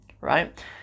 right